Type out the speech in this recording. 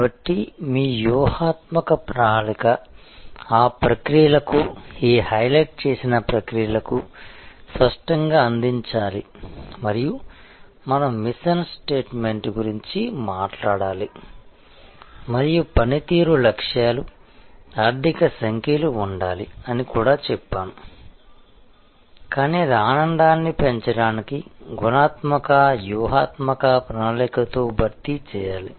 కాబట్టి మీ వ్యూహాత్మక ప్రణాళిక ఆ ప్రక్రియలకు ఈ హైలైట్ చేసిన ప్రక్రియలకు స్పష్టంగా అందించాలి మరియు మనం మిషన్ స్టేట్మెంట్ గురించి మాట్లాడాలి మరియు పనితీరు లక్ష్యాలు ఆర్థిక సంఖ్యలు ఉండాలి అని కూడా చెప్పాను కాని అది ఆనందాన్ని పెంచడానికి గుణాత్మక వ్యూహాత్మక ప్రణాళిక తో భర్తీ చేయాలి